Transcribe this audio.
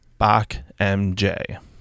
BachMJ